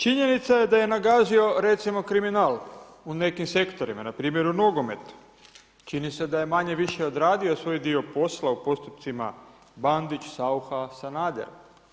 Činjenica je da je nagazio recimo kriminal u nekim sektorima, npr. u nogometu, čini se da je manje-više odradio svoj dio posla u postupcima Bandić, Saucha, Sanader.